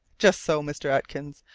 just so, mr. atkins.